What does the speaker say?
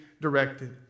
directed